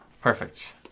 Perfect